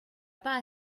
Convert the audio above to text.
pas